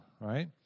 right